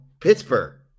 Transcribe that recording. pittsburgh